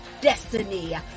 destiny